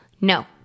no